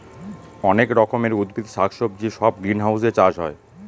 অনেক রকমের উদ্ভিদ শাক সবজি সব গ্রিনহাউসে চাষ হয়